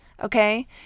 okay